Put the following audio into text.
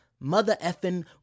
Mother-Effin